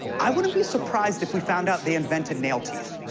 i wouldn't be surprised if we found out they invented nail teeth.